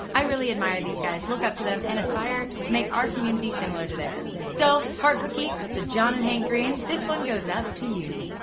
i really admire these guys, look up to them, and aspire to make our community similar to theirs. so, hart cookie to john and hank green, this one goes out to you,